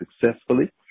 successfully